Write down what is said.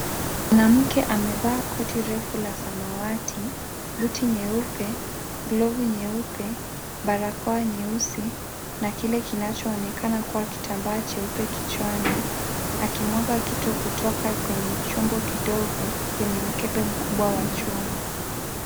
Mwanamke amevaa koti refu la samawati, buti nyeupe, glovu nyeupe, barakoa nyeusi na kile kinachoonekana kuwa kitambaa jeupe kichwani. Akimwaga kitu kutoka kwenye chombo kidogo kwenye mkebe mkubwa wa chuma.